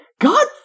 God